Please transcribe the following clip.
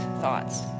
thoughts